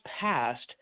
passed